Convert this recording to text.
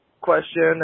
question